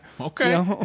Okay